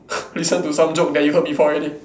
listen to some joke that you heard before already